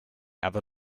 other